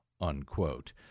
unquote